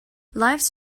lifes